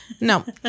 No